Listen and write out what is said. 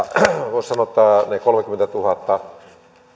voisi sanoa että ne kolmekymmentätuhatta